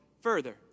further